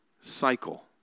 cycle